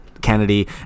Kennedy